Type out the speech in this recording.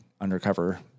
undercover